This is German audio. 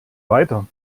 weiter